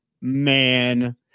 Man